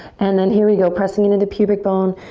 and then here we go, pressing into the pubic bone.